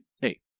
Hey